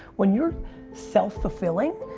when you're self-fulfilling,